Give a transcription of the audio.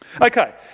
Okay